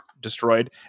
destroyed